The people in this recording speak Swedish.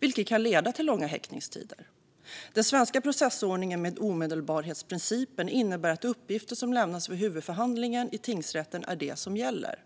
vilket kan leda till långa häktningstider. Den svenska processordningen med omedelbarhetsprincipen innebär att uppgifter som lämnas vid huvudförhandlingen i tingsrätten är det som gäller.